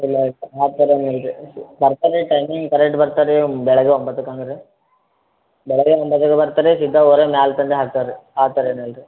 ಇಲ್ಲ ಇಲ್ಲ ಆ ಥರ ಏನಿಲ್ರಿ ಬರ್ತಾರೆ ಟೈಮಿಂಗ್ ಕರೆಕ್ಟ್ ಬರ್ತಾರೆ ಬೆಳಿಗ್ಗೆ ಒಂಬತ್ತಕ್ಕಂದ್ರೆ ಬೆಳಿಗ್ಗೆ ಒಂಬತ್ತಕ್ಕೆ ಬರ್ತಾರೆ ತಂದು ಹಾಕ್ತಾರೆ ರೀ ಆ ಥರ ಏನಿಲ್ರಿ